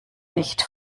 nicht